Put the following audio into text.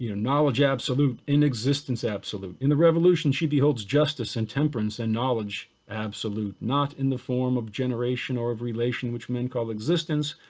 you know knowledge absolute in existence absolute, in the revolution she beholds justice and temperance and knowledge absolute, not in the form of generation or of relation which men call existence,